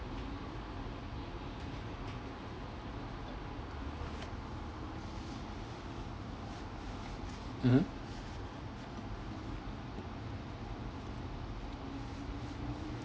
mmhmm